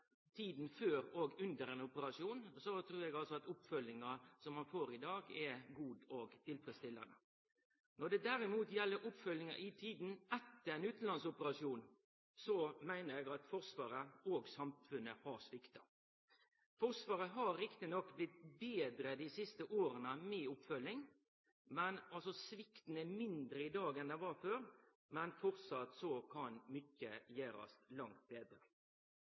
tida før og under ein operasjon, trur eg oppfølginga ein får i dag, er god og tilfredsstillande. Når det derimot gjeld oppfølginga i tida etter ein utanlandsoperasjon, meiner eg at Forsvaret og samfunnet har svikta. Forsvaret har riktignok blitt betre på oppfølging dei siste åra, svikten er mindre enn før, men framleis kan mykje gjerast langt betre.